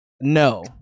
no